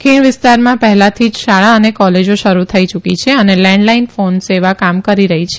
ખીણ વીસ્તારમાં પહેલાથી જ શાળા અને કોલેજો શરૂ થઇ યુકી છે અને લેનલાઇન ફોન સેવા કામ કરી રહી છે